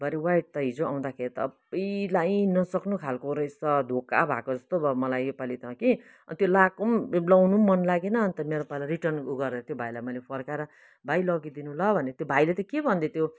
भरे वाइट त हिजो आउँदाखेरि त अबुई लगाइ नसक्नु खालको रहेछ धोका भएको जस्तो भयो मलाई योपाली त कि त्यो लगाको पनि लगाउनु पनि मन लागेन अन्त मेरो पालो रिटर्न गरेर त्यो भाइलाई मैले फर्काएर भाइ लगिदिनु ल भनेर त्यो भाइले त के भन्दै थियो